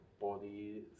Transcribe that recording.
body